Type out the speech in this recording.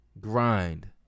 Grind